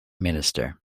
minister